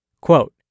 Quote